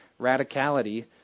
radicality